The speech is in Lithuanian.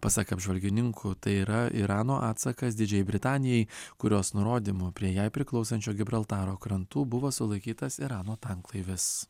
pasak apžvalgininkų tai yra irano atsakas didžiajai britanijai kurios nurodymu prie jai priklausančio gibraltaro krantų buvo sulaikytas irano tanklaivis